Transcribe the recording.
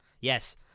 Yes